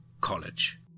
College